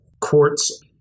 quartz